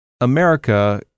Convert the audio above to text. America